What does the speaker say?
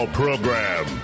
program